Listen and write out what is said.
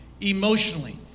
emotionally